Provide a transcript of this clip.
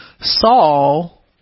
Saul